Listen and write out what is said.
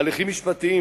הליכים משפטיים